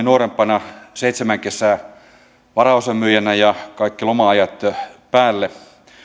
nuorempana seitsemän kesää varaosamyyjänä ja kaikki loma ajat päälle